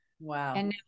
wow